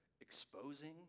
exposing